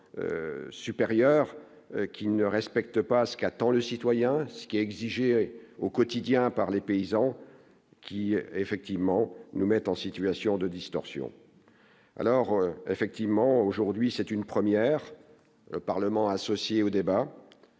supérieur qui ne respectent pas ce qu'attend le citoyen qui exigeaient au quotidien par les paysans qui effectivement nous mettent en situation de distorsion, alors effectivement, aujourd'hui, c'est une première Parlement associer au débat,